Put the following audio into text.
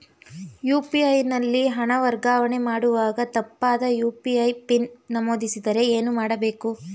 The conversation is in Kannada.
ಯು.ಪಿ.ಐ ನಲ್ಲಿ ಹಣ ವರ್ಗಾವಣೆ ಮಾಡುವಾಗ ತಪ್ಪಾದ ಯು.ಪಿ.ಐ ಪಿನ್ ನಮೂದಿಸಿದರೆ ಏನು ಮಾಡಬೇಕು?